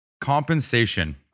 Compensation